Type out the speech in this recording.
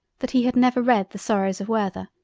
that he had never read the sorrows of werter,